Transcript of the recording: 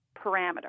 parameter